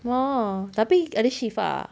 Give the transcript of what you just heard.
a'ah tapi ada shift ah